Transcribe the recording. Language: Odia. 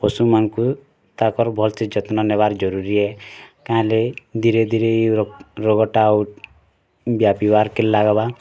ପଶୁମାନ୍କୁ ତାକର୍ ଭଲ୍ସେ ଯତ୍ନନେବାର୍ ଜରୁରୀ ହେ କାଁହେଲେ ଧୀରେ ଧୀରେ ଏଇ ରୋଗଟା ଆଉ ବ୍ୟାପିବାର୍କେ ଲାଗ୍ବା